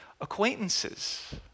acquaintances